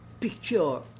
picture